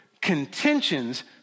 Contentions